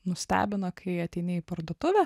nustebino kai ateini į parduotuvę